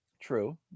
True